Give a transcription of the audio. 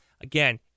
again